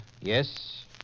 Yes